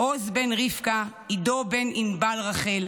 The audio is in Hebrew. עוז בן רבקה, עידו בן ענבל רחל,